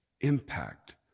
impact